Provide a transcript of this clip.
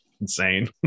insane